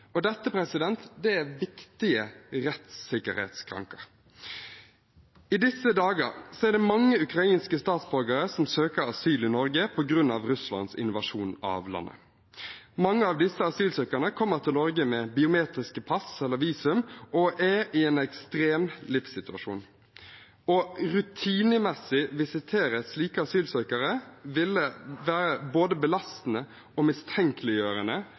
Dette er viktige rettssikkerhetsskranker. I disse dager er det mange ukrainske statsborgere som søker asyl i Norge på grunn av Russlands invasjon av landet. Mange av disse asylsøkerne kommer til Norge med biometriske pass eller visum og er i en ekstrem livssituasjon. Å rutinemessig visitere slike asylsøkere ville være både belastende og mistenkeliggjørende